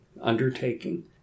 undertaking